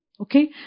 Okay